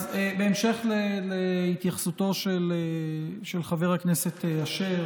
בהמשך להתייחסותו של חבר הכנסת אשר,